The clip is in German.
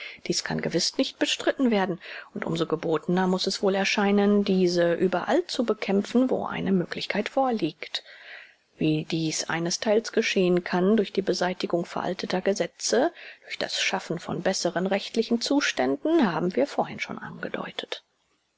dies kann gewiß nicht bestritten werden und um so gebotener muß es wohl erscheinen diese überall zu bekämpfen wo eine möglichkeit vorliegt wie dies einestheils geschehen kann durch die beseitigung veralteter gesetze durch das schaffen von besseren rechtlichen zuständen haben wir vorhin schon angedeutet